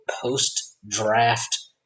post-draft